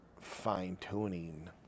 fine-tuning